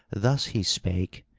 thus he spake,